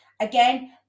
Again